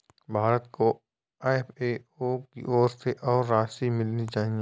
भारत को एफ.ए.ओ की ओर से और राशि मिलनी चाहिए